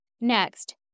Next